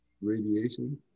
Radiation